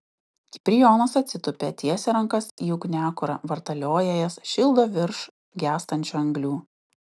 kiprijonas atsitupia tiesia rankas į ugniakurą vartalioja jas šildo virš gęstančių anglių